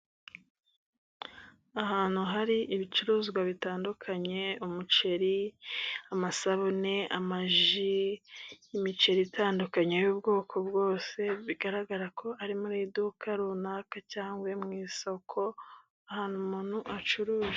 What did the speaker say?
Ahantu hari ibicuruzwa bitandukanye, umuceri, amasabune, ama ji, imiceri itandukanye y'ubwoko bwose, bigaragara ko ari mu iduka runaka cyangwa mu isoko, ahantu umuntu acururiza.